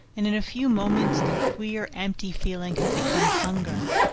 and in a few moments the queer, empty feeling had become hunger,